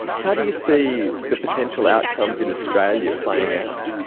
how do you see the potential outcomes in australia playing out?